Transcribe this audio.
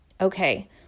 okay